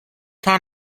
town